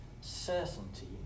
certainty